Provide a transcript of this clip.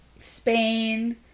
Spain